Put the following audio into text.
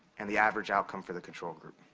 and the average outcome for the control group.